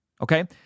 Okay